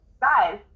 guys